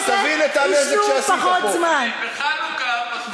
אתה צריך גם לקבל תשובות.